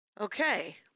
Okay